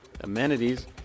amenities